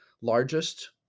largest